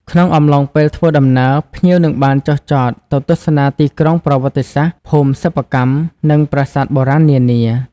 ក្នុងអំឡុងពេលធ្វើដំណើរ ភ្ញៀវនឹងបានចុះចតទៅទស្សនាទីក្រុងប្រវត្តិសាស្ត្រ ភូមិសិប្បកម្ម និងប្រាសាទបុរាណនានា។